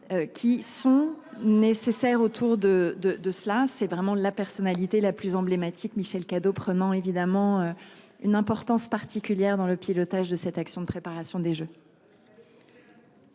Qui sont nécessaires autour de de de cela, c'est vraiment la personnalité la plus emblématique, Michel Cadot prenant évidemment. Une importance particulière dans le pilotage de cette action de préparation des Jeux.